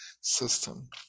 system